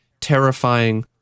terrifying